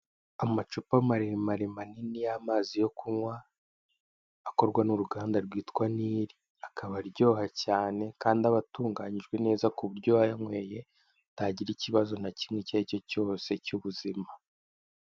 Amacupa maremare manini y'amazi yo kunywa akorwa n'uruganda rwitwa Nile, akaba aryoha cyane kandi aba atunganyijwe neza ku buryo uwayanyweye atagira ikibazo na kimwe icyo iri cyo cyose cy'ubuzima.